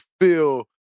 feel